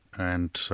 and